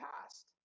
past